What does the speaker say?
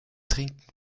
trinken